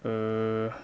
err